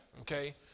Okay